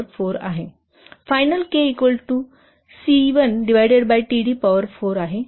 final KC1 divided by Td power 4 आहे